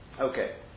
Okay